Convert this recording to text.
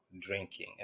drinking